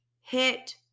hit